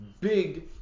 Big